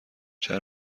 چند